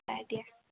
দিয়া